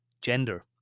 gender